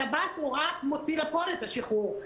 שב"ס רק מוציא לפועל את השחרור.